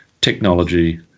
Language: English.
technology